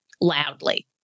loudly